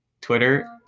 Twitter